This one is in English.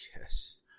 Yes